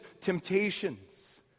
temptations